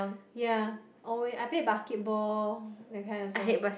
ya or I play basketball that kind also